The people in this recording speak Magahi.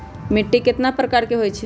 मिट्टी कतना प्रकार के होवैछे?